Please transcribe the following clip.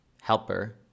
Helper